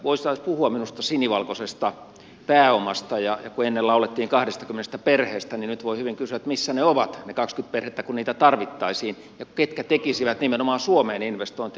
voitaisiin puhua minusta sinivalkoisesta pääomasta ja kun ennen laulettiin kahdestakymmenestä perheestä niin nyt voi hyvin kysyä missä ne ovat ne kaksikymmentä perhettä kun niitä tarvittaisiin ketkä tekisivät nimenomaan suomeen investointeja